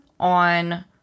on